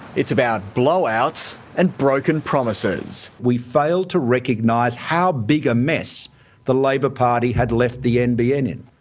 it's about blowouts and broken promises. we failed to recognise how big a mess the labor party had left the nbn in.